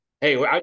hey